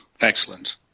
Excellent